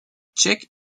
tchèque